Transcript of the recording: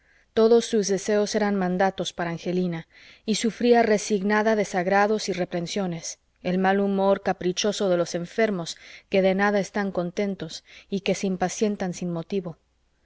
todos sus deseos eran mandatos para angelina y sufría resignada desagrados y reprensiones el mal humor caprichoso de los enfermos que de nada están contentos y que se impacientan sin motivo